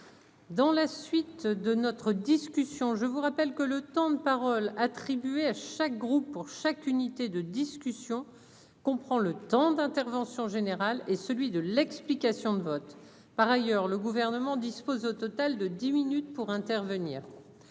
Dans la suite de notre discussion, je vous rappelle que le temps de parole attribués à chaque groupe pour chaque unité de discussion qu'on prend le temps d'intervention général et celui de l'explication de vote par ailleurs le gouvernement dispose au total de 10 minutes pour intervenir,